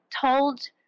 told